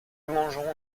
mangeront